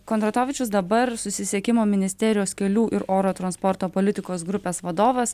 kondratovičius dabar susisiekimo ministerijos kelių ir oro transporto politikos grupės vadovas